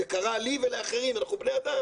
זה קרה לי ולאחרים, אנחנו בני אדם